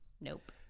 nope